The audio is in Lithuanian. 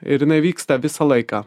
ir jinai vyksta visą laiką